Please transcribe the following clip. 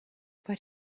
but